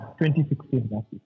2016